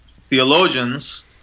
theologians